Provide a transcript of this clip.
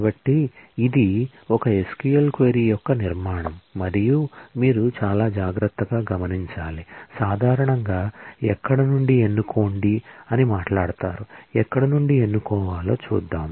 కాబట్టి ఇది ఒక SQL క్వరీ యొక్క నిర్మాణం మరియు మీరు చాలా జాగ్రత్తగా గమనించాలి సాధారణంగా ఎక్కడ నుండి ఎన్నుకోండి అని మాట్లాడతారు ఎక్కడ నుండి ఎన్నుకోవాలో చూద్దాం